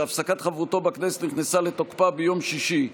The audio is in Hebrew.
שהפסקת חברותו בכנסת נכנסה לתוקפה ביום שישי,